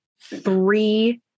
three